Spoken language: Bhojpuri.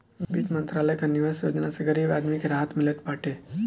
वित्त मंत्रालय कअ निवेश योजना से गरीब आदमी के राहत मिलत बाटे